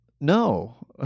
No